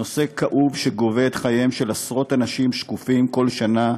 נושא כאוב שגובה את חייהם של עשרות אנשים שקופים בכל שנה.